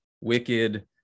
wicked